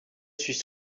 suis